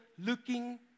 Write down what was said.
looking